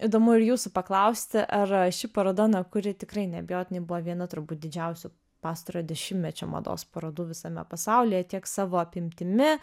įdomu ir jūsų paklausti ar ši paroda na kuri tikrai neabejotinai buvo viena turbūt didžiausių pastarojo dešimtmečio mados parodų visame pasaulyje tiek savo apimtimi